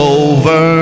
over